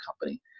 company